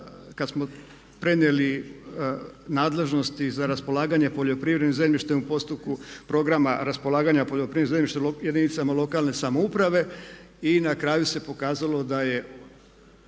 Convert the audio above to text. kada smo prenijeli nadležnosti za raspolaganje poljoprivrednim zemljištem u postupku programa raspolaganja poljoprivrednim zemljištem jedinicama lokalne samouprave. I na kraju se pokazalo da je